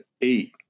eight